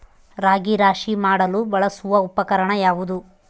ರಾಗಿ ರಾಶಿ ಮಾಡಲು ಬಳಸುವ ಉಪಕರಣ ಯಾವುದು?